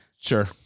Sure